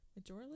majorly